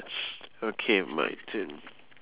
okay my turn